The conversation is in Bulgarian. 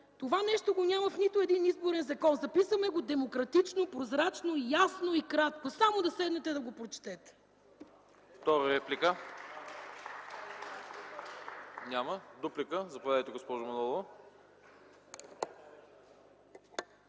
Това нещо го няма в нито един изборен закон. Записваме го демократично, прозрачно, ясно и кратко. Само да седнете да го прочетете!